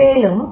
மேலும்